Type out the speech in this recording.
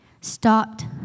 stopped